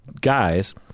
guys